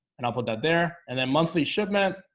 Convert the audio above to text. and i'll put that there and then monthly shipment.